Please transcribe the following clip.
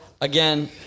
Again